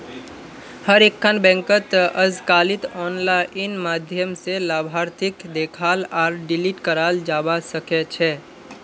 हर एकखन बैंकत अजकालित आनलाइन माध्यम स लाभार्थीक देखाल आर डिलीट कराल जाबा सकेछे